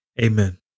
Amen